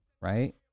right